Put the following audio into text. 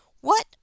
What